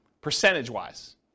percentage-wise